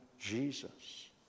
Jesus